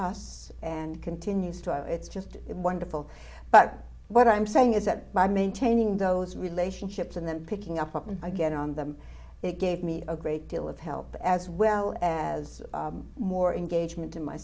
us and continues to it's just wonderful but what i'm saying is that by maintaining those relationships and then picking up and get on them it gave me a great deal of help as well as more engagement in my